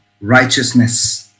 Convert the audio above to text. righteousness